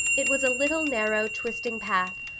it was a little narrow, twisting path,